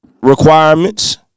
requirements